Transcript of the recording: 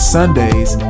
Sundays